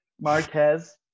Marquez